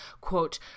quote